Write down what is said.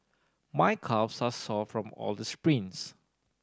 my calves are sore from all the sprints